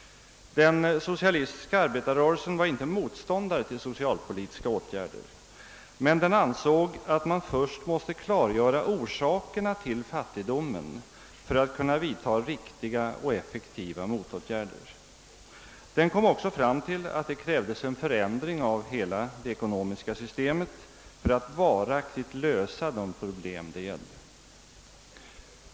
Den socialistiska arbetarrörelsen var inte motståndare till socialpolitiska åtgärder, men den ansåg att man först måste klargöra orsakerna till fattigdomen för att kunna vidta riktiga och effektiva motåtgärder. Den kom också fram till att det krävdes en förändring av hela det ekonomiska systemet för att varaktigt lösa de problem det gällde.